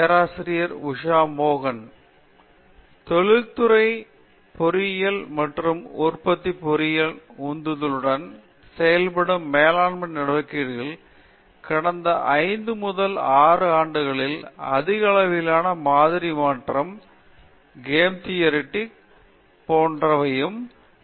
பேராசிரியர் உஷா மோகன் தொழிற்துறை பொறியியல் மற்றும் உற்பத்தி பொறியியல் உந்துதலுடன் செயல்படும் மேலாண்மை நடவடிக்கைகளில் கடந்த 5 முதல் 6 ஆண்டுகளில் அதிக அளவிலான மாதிரி மாற்றம் கேம் தியரி போன்ற முறைகள் இருந்தன